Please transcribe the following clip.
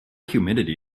humidity